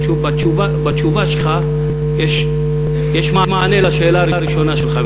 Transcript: בתשובה שלך יש מענה לשאלה הראשונה שלך,